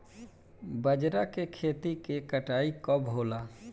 बजरा के खेती के कटाई कब होला?